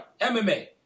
MMA